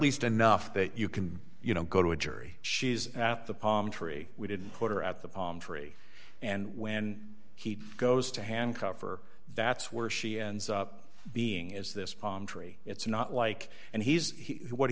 least enough that you can you know go to a jury she's at the palm tree we didn't put her at the palm tree and when he goes to hand cover that's where she ends up being is this palm tree it's not like and he's